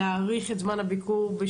להאריך את זמן הביקור.